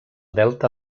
delta